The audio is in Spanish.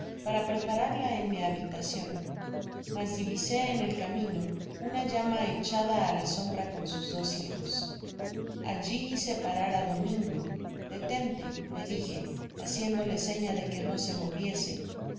para prepararla en mi habitacion mas divisé en el camino una llama echada ár la sombra con sus dos hijos alli hice parar á domingo detentela le dije haciéndole seña de que no se moviese